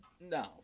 no